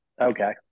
Okay